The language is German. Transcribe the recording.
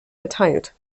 erteilt